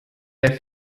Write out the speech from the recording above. der